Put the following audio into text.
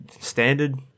standard